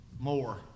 more